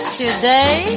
today